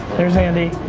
there's andy.